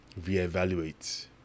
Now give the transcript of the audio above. reevaluate